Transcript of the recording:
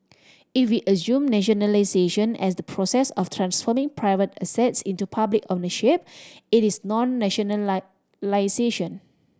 if we assume nationalisation as the process of transforming private assets into public ownership it is not